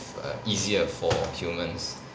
err easier for humans